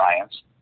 science